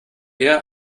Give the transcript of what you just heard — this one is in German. eher